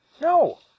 No